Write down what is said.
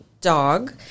dog